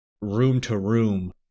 room-to-room